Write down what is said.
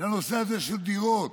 לנושא הזה של דירות,